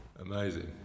Amazing